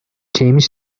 james